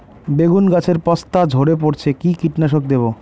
বেগুন গাছের পস্তা ঝরে পড়ছে কি কীটনাশক দেব?